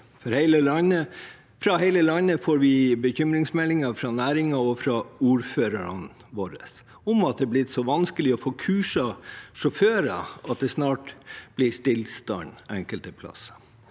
Fra hele landet får vi bekymringsmeldinger fra næringen og fra ordførerne våre om at det er blitt så vanskelig å få kurset sjåfører, at det snart blir stillstand enkelte plasser.